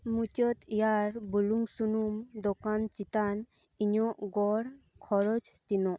ᱢᱩᱪᱟᱹᱫ ᱮᱭᱟᱨ ᱵᱩᱞᱩᱝ ᱥᱩᱱᱩᱢ ᱫᱳᱠᱟᱱ ᱪᱮᱛᱟᱱ ᱤᱧᱟᱹᱜ ᱜᱚᱲ ᱠᱷᱚᱨᱚᱪ ᱛᱤᱱᱟᱹᱜ